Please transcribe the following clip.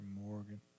Morgan